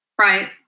right